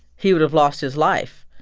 he would have lost his life.